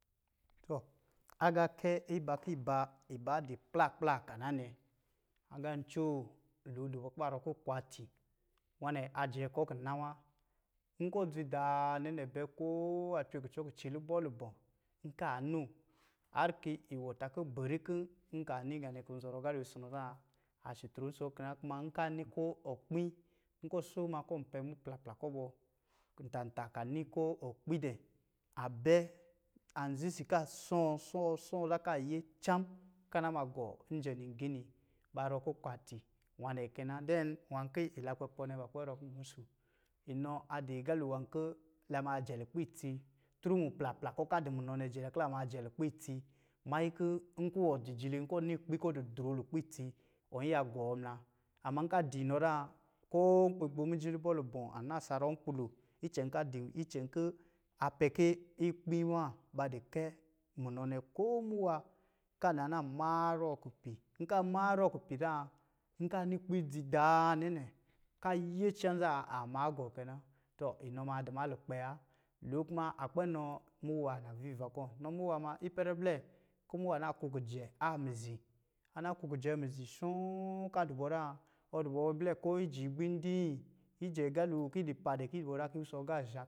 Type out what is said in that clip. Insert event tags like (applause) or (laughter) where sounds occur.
Tɔ, agaakɛ iba ki ba, iba di kpla kpla ka na nɛ, agā ncoo, lo di bɔ kuba rɔ kɔ̄ nkwati. Wa nɛ a jɛ kɔ kina wa. Nkɔ̄ dzi daa nɛ nɛ bɛ. Koo a cwe kucɔ kici lubɔ̄ lubɔ̄, nka noo, harr ki iwɔ ta ki bɛri kɔ̄ nka ni ga nɛ kɔ̄ zɔrɔ galo sɔ nɔ zan, a shutro nsɛ kɛ na. Kuma nka ni ko okpi, nkɔ̄ so ma kɔ̄ pɛ muplapla kɔ̄ bɔ, ntantā ka ni ko okpi dɛ, an bɛ, an zizi ka sɔ̄ɔ̄, sɔ̄ɔ̄, sɔ̄ɔ̄ za ka yee cham ka na ma gɔ njɛ nigini. Ba rɔ kɛ nkwati. Wa nɛ kɛ na. (unintelligible) nwā ki ila kpɛ pɔ nɛ, ba kpɛ rɔ kɔ̄ musu. Inɔ a di galo nwā kɔ̄ la ma jɛ lukpɛ itsi (unintelligible) muplapla kɛ ka di munɔ nɛ jɛ la ki la maa jɛ lukpɛ itsi, manyi kɔ̄ nkɔ̄ wɔ jijili nkɔ̄ ni kpi kɔ̄ di droo lukpɛ itsi, ɔ iya gɔɔ muna. Amma nka di nɔ zan, ko nkpi, gbomyi lubɔ̄ lubɔ̄, a na zarɔ nkpi lo, icɛn ka di, icɛn kɔ̄ a pɛ kɔ̄ ikpi wa ba di kɛ munɔ nɛ. Ko muwa, ka naa na marɔɔ kupi. Nka marɔɔ kupi zan, nka ni kpi dzi daanɛ nɛ, ka yee chan zan aa ma gɔ kɛ na. Tɔ inɔ ma a di ma lukpɛ wa. Lo kuma a kpɛ nɔɔ muwa naviva kɔ̄. Nɔ muwa ma ipɛrɛ blɛ, kɔ̄ muwa na ko kijɛ amizi. A na ko kijɛ amizi shɔ̄ɔ̄ kja di bɔ zan, ɔ di bɔ blɛ ki yi jii gbindii, ijɛ galo ki di pa dɛ, ki zɔrɔ zan, ki yi wusɔ ga zhā.